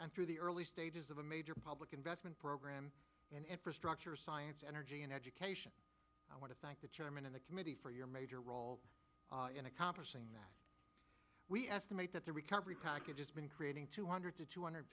and through the early stages of a major public investment program in infrastructure science energy and education i want to thank the chairman of the committee for your major role in accomplishing that we estimate that the recovery package has been creating two hundred to two hundred